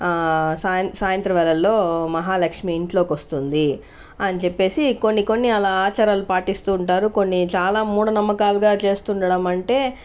సాయం సాయంత్రం వేళళ్ళో మహాలక్ష్మి ఇంట్లోకి వస్తుంది అని చెప్పి చెప్పేసి కొన్ని కొన్ని అలా ఆచారాలు పాటిస్తూ ఉంటారు కొన్ని చాలా మూఢనమ్మకాలుగా చేస్తుండడం అంటే